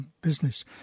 business